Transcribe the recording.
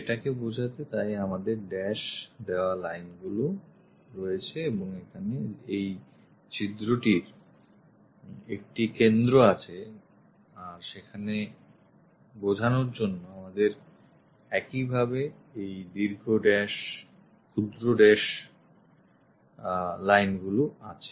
সেটাকে বোঝাতে তাই আমাদের dash দেওয়া line গুলি আছে এবং এখানে এই ছিদ্রটির একটি কেন্দ্র আছে আর সেখানে বোঝানোর জন্য আমাদের একইভাবে দীর্ঘ dash ক্ষুদ্র dashদীর্ঘ dash ক্ষুদ্র dash lineগুলি আছে